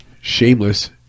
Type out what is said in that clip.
Shameless